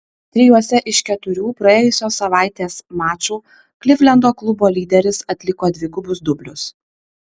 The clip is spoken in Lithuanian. trijuose iš keturių praėjusios savaitės mačų klivlendo klubo lyderis atliko dvigubus dublius